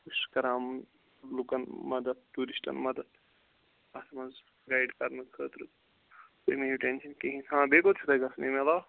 بہٕ چھُس کَران لُکَن مَدَد ٹیورِسٹَن مَدَد اتھ مَنٛز گایڈ کَرنہٕ خٲطرٕ تُہۍ مہٕ ہیٚیِو ٹٮ۪نشَن کِہیٖنۍ ہاں بیٚیہِ کوٚت چھو تۄہہِ گَژھُن امہِ عَلاوٕ